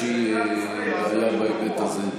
לאיזושהי בעיה בהיבט הזה.